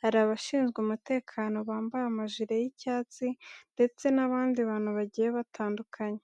Hari abashinzwe umutekano bambaye amajire y'icyatsi ndetse n'abandi bantu bagiye batandukanye.